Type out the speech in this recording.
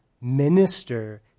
minister